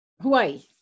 hawaii